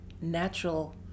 natural